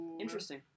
Interesting